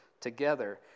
together